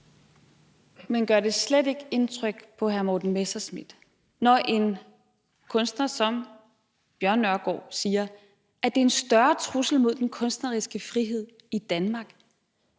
Men gør det slet ikke indtryk på hr. Morten Messerschmidt, når en kunstner som Bjørn Nørgaard siger, at det er en større trussel mod den kunstneriske frihed i Danmark,